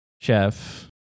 chef